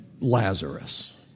Lazarus